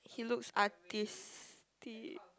he looks artisty